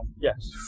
Yes